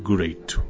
Great